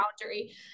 boundary